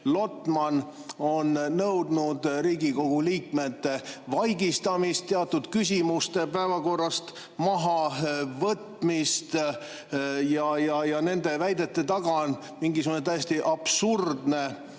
Lotman on nõudnud Riigikogu liikmete vaigistamist, teatud küsimuste päevakorrast mahavõtmist. Ja nende väidete taga on mingisugune täiesti absurdne